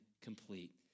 complete